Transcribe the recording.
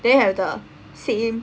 then have the same